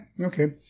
okay